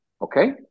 okay